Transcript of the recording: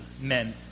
men